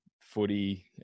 footy